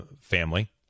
family